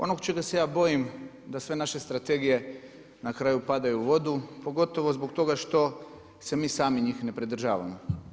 Ono čega se ja bojim da sve naše strategije na kraju padaju u vodu pogotovo zbog toga što se mi sami njih ne pridržavamo.